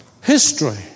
History